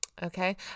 Okay